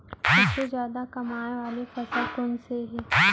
सबसे जादा कमाए वाले फसल कोन से हे?